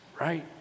right